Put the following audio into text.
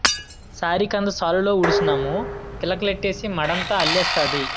సారికంద సాలులో ఉడిసినాము పిలకలెట్టీసి మడంతా అల్లెత్తాది